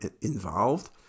involved